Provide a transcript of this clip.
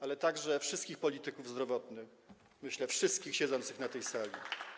ale także wszystkich polityków zdrowotnych, myślę, wszystkich siedzących na tej sali.